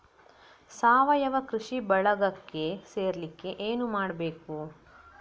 ಸಾವಯವ ಕೃಷಿ ಬಳಗಕ್ಕೆ ಸೇರ್ಲಿಕ್ಕೆ ಏನು ಮಾಡ್ಬೇಕು?